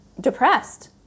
depressed